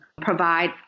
provide